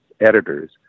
editors